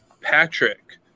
Patrick